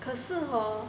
可是 hor